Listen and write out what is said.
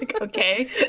Okay